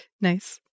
Nice